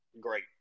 great